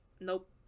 Nope